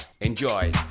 Enjoy